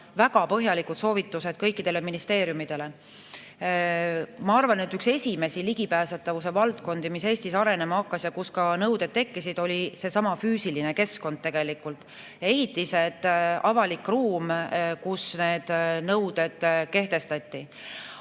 väga põhjalikud soovitused kõikidele ministeeriumidele. Ma arvan, et üks esimesi ligipääsetavuse valdkondi, mis Eestis arenema hakkas ja kus ka nõuded kehtestati, oli seesama füüsiline keskkond: ehitised, avalik ruum. Aga see on protsess